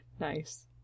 Nice